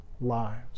lives